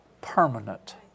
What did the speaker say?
permanent